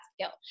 skill